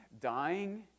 dying